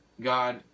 God